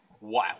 Wow